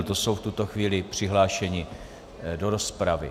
To jsou v tuto chvíli přihlášení do rozpravy.